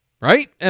Right